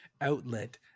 outlet